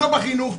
לא בחינוך,